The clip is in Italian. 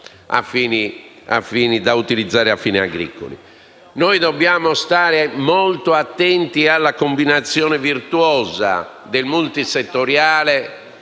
Dobbiamo stare molto attenti alla combinazione virtuosa del multisettoriale